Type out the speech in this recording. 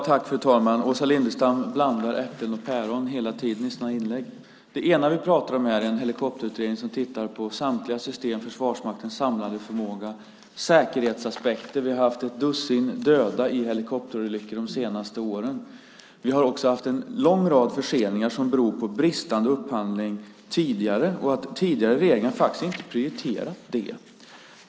Fru talman! Åsa Lindestam blandar äpplen och päron hela tiden i sina inlägg. Det ena vi pratar om är en helikopterutredning som tittar på samtliga system, på Försvarsmaktens samlade förmåga och på säkerhetsaspekter. Vi har haft ett dussin döda i helikopterolyckor de senaste åren. Vi har också haft en lång rad förseningar som beror på bristande upphandling tidigare och på att tidigare regeringar faktiskt inte har prioriterat det.